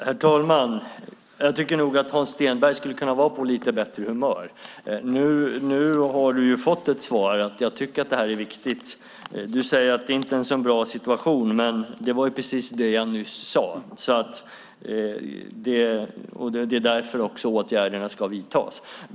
Herr talman! Jag tycker nog att du, Hans Stenberg, skulle kunna vara på lite bättre humör. Nu har du ju fått svaret att jag tycker att det här är viktigt. Du säger att det inte är en bra situation, men det var ju precis det jag nyss sade. Det är också därför åtgärderna ska vidtas.